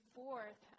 fourth